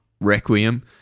requiem